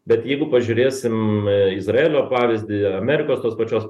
bet jeigu pažiūrėsim izraelio pavyzdį amerikos tos pačios